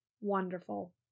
Wonderful